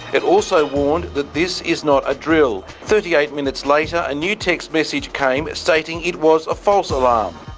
it also warned that this is not a drill. thirty eight minutes later a new text message came stating it was a false alarm.